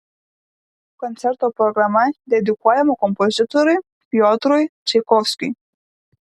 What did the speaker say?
koncerto programa dedikuojama kompozitoriui piotrui čaikovskiui